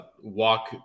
walk